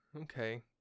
okay